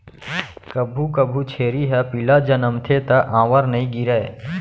कभू कभू छेरी ह पिला जनमथे त आंवर नइ गिरय